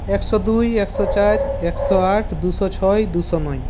একশো দুই একশো চার একশো আট দুশো ছয় দুশো নয়